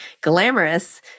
glamorous